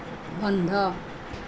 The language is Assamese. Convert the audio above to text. বন্ধ